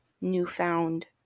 newfound